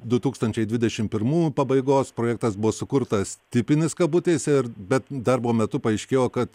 du tūkstančiai dvidešim pirmųjų pabaigos projektas buvo sukurtas tipinis kabutėse ir bet darbo metu paaiškėjo kad